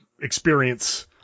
experience